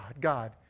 God